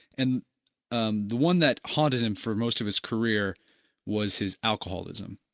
and um the one that haunted him for most of his career was his alcoholism,